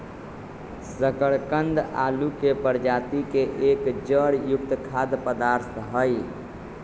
शकरकंद आलू के प्रजाति के एक जड़ युक्त खाद्य पदार्थ हई